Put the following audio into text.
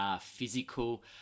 physical